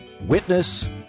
Witness